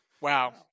Wow